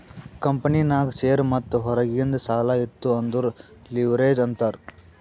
ಕಂಪನಿನಾಗ್ ಶೇರ್ ಮತ್ತ ಹೊರಗಿಂದ್ ಸಾಲಾ ಇತ್ತು ಅಂದುರ್ ಲಿವ್ರೇಜ್ ಅಂತಾರ್